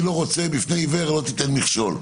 בפני עיוור, לא תיתן מכשול.